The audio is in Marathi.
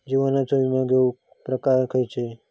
जीवनाचो विमो घेऊक प्रकार खैचे?